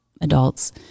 adults